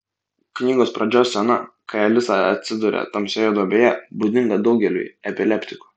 knygos pradžios scena kai alisa atsiduria tamsioje duobėje būdinga daugeliui epileptikų